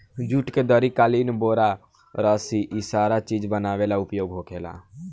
जुट के दरी, कालीन, बोरा, रसी इ सारा चीज बनावे ला उपयोग होखेला